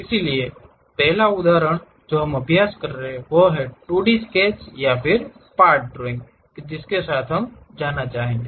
इसलिए पहला उदाहरण जो हम अभ्यास कर रहे हैं वह 2 डी स्केच या पार्ट ड्राइंग है जिसके साथ हम जाना चाहेंगे